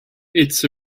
its